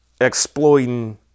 exploiting